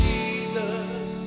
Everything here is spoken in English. Jesus